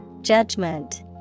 Judgment